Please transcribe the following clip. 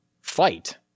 fight